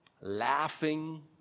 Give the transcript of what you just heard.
laughing